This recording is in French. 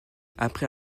après